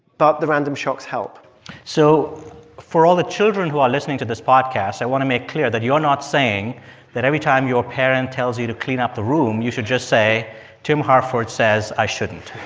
but the random shocks help so for all the children who are listening to this podcast, i want to make clear that you're not saying that every time your parent tells you to clean up the room, you should just say tim harford says i shouldn't